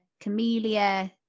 camellia